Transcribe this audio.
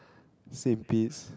same piece